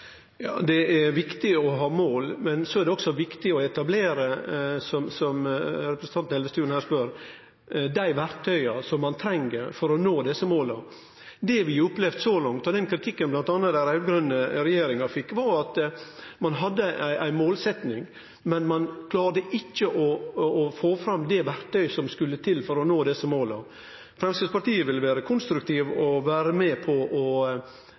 viktig å etablere, som representanten Elvestuen her spør etter, dei verktøya ein treng for å nå desse måla. Det vi har opplevd så langt, og den kritikken som bl.a. den raud-grøne regjeringa fekk, var at ein hadde ei målsetting, men ein klarte ikkje å få fram det verktøyet som skulle til for å nå desse måla. Framstegspartiet vil vere konstruktivt og vere med på å